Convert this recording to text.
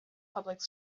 public